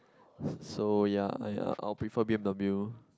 so ya I'll I will prefer B_M_W